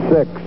Six